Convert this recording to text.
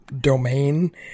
domain